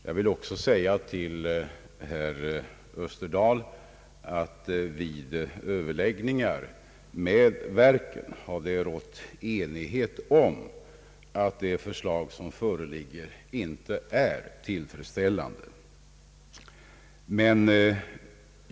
Jag vill också säga till herr Österdahl att vid överläggningar med verken har det rått enighet om att de förslag som föreligger inte är tillfredsställande.